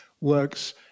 works